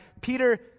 Peter